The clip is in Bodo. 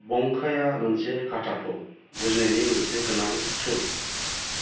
बंकाइआ मोनसे काटाखौ बुजिनायनि मोनसे गोनां टुल